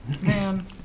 Man